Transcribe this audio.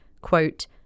quote